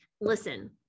listen